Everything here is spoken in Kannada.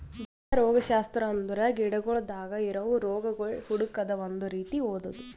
ಗಿಡ ರೋಗಶಾಸ್ತ್ರ ಅಂದುರ್ ಗಿಡಗೊಳ್ದಾಗ್ ಇರವು ರೋಗಗೊಳ್ ಹುಡುಕದ್ ಒಂದ್ ರೀತಿ ಓದದು